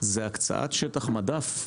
לגבי הקצאת שטח מדף,